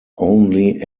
only